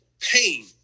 pain